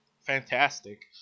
fantastic